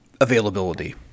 availability